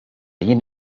jien